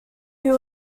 who